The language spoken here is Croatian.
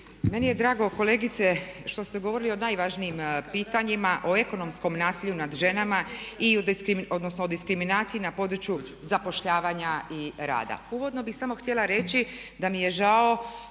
Meni je drago kolegice što ste govorili o najvažnijim pitanjima, o ekonomskom nasilju nad ženama i, odnosno diskriminaciji na području zapošljavanja i rada. Uvodno bih samo htjela reći da mi je žao.